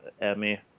emmy